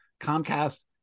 Comcast